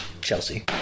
chelsea